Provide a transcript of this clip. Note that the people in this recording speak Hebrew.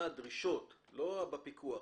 מה הדרישות לא בפיקוח